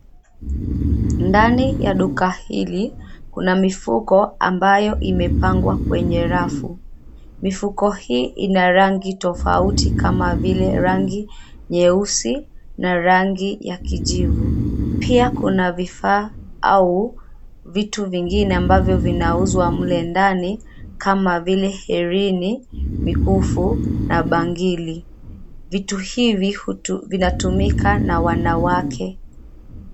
Ndani ya duka hili, kuna mifuko ambayo imepangwa kwenye rafu. Mifuko hii ina rangi tofauti kama vile rangi nyeusi, na rangi ya kijivu. Pia kuna vifaa, au vitu vingine ambavyo vinauzwa mle ndani, kama vile: herini, mikufu, na bangili. Vitu hivi vinatumika na wanawake.